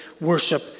worship